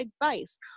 advice